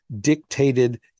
dictated